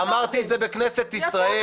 אמרתי את זה בכנסת ישראל,